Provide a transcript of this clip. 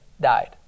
died